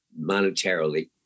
monetarily